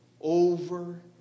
over